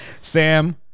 Sam